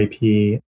IP